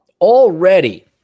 Already